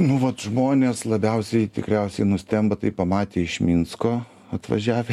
nu vat žmonės labiausiai tikriausiai nustemba tai pamatė iš minsko atvažiavę